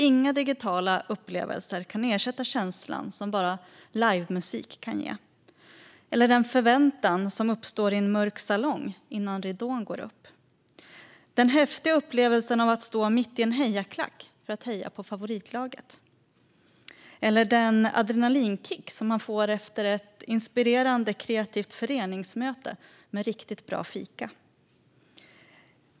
Inga digitala upplevelser kan ersätta känslan som bara livemusik kan ge eller den förväntan som uppstår i en mörk salong innan ridån går upp, den häftiga upplevelsen att stå mitt i en hejarklack för att heja på favoritlaget eller den adrenalinkick som man får efter ett inspirerande, kreativt föreningsmöte med riktigt bra fika.